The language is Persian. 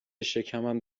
شکمم